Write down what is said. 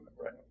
Right